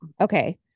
Okay